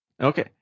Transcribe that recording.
okay